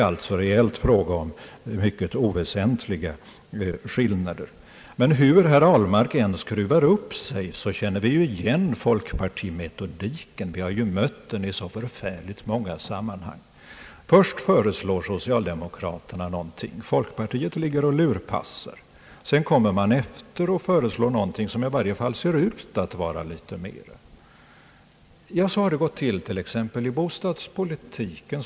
Reellt är det alltså fråga om ytterst oväsentliga skillnader. Men hur herr Ahlmark än skruvar upp sig känner vi ju igen folkpartimetodiken, som vi har mött i så många sammanhang. Först föreslår socialdemokraterna någonting — folkpartiet ligger och lurpassar sedan kommer man efter och föreslår någonting som i varje fall ser ut att vara litet mera. Så har det gått till exempelvis i bostadspolitiken.